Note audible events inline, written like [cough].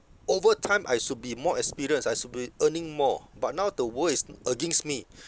over time I should be more experienced I should be earning more but now the world is [noise] against me